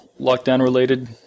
lockdown-related